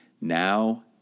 now